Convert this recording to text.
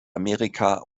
amerika